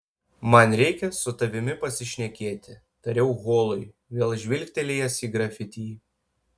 man reikia su tavimi pasišnekėti tariau holui vėl žvilgtelėjęs į grafitį